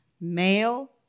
male